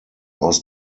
aus